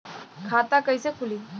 खाता कईसे खुली?